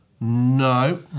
No